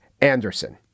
Anderson